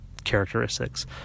characteristics